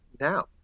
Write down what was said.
now